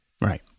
Right